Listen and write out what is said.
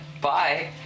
Bye